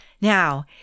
Now